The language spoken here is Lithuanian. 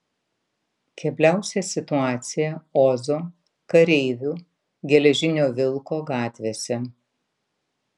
kebliausia situacija ozo kareivių geležinio vilko gatvėse